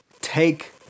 take